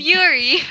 Fury